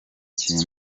kintu